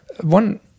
one